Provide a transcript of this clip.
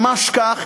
ממש כך.